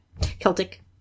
Celtic